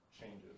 changes